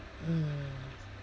mm